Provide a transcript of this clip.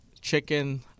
chicken